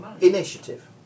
Initiative